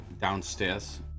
downstairs